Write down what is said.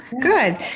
Good